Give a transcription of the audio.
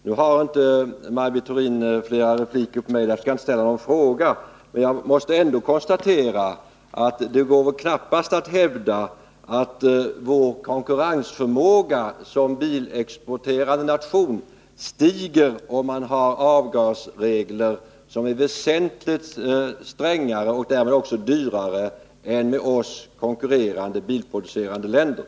Nu har inte Maj Britt Theorin flera repliker till mig, och därför skall jag inte ställa någon fråga, men jag måste ändå konstatera att det knappast går att hävda att vår konkurrensförmåga som bilexporterande nation stiger, om vi har avgasregler som är väsentligt strängare och därmed också dyrare än med oss konkurrerande bilproducerande länders.